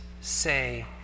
say